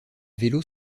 vélos